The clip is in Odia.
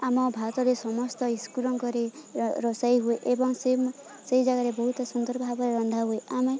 ଆମ ଭାରତରେ ସମସ୍ତ ସ୍କୁଲମାନଙ୍କରେ ରୋଷେଇ ହୁଏ ଏବଂ ସେ ସେଇ ଜାଗାରେ ବହୁତ ସୁନ୍ଦର ଭାବରେ ରନ୍ଧା ହୁଏ ଆମେ